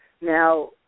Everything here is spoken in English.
now